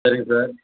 சரிங்க சார்